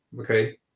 Okay